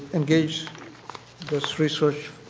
engaged this research